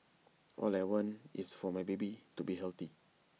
all I want is for my baby to be healthy